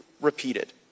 repeated